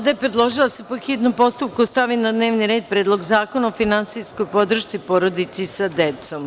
Vlada je predložila da se po hitnom postupku stavi na dnevni red Predlog zakona o finansijskoj podršci porodici sa decom.